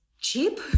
cheap